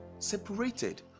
separated